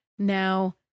now